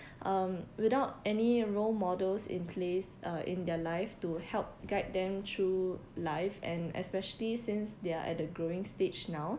um without any role models in place uh in their life to help guide them through life and especially since they are at a growing stage now